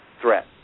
threat